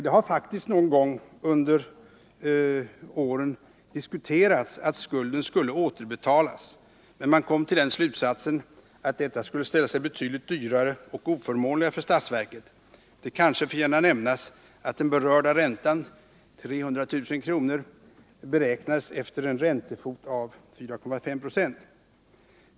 Det har faktiskt någon gång under åren diskuterats att skulden skulle återbetalas, men man kom till slutsatsen att det skulle ställa sig betydligt dyrare och mer oförmånligt för statsverket. Det kanske förtjänar att nämnas att den aktuella räntan, 300 000 kr., beräknas efter en räntefot av 4,5 90.